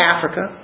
Africa